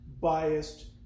biased